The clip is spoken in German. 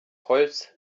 holz